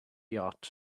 yacht